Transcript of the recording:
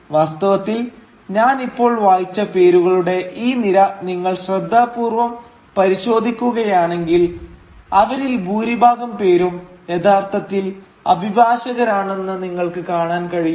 വാസ്തവത്തിൽ ഞാൻ ഇപ്പോൾ വായിച്ച പേരുകളുടെ ഈ നിര നിങ്ങൾ ശ്രദ്ധാപൂർവ്വം പരിശോധിക്കുകയാണെങ്കിൽ അവരിൽ ഭൂരിഭാഗം പേരും യഥാർത്ഥത്തിൽ അഭിഭാഷകരാണെന്ന് നിങ്ങൾക്ക് കാണാൻ കഴിയും